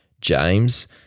James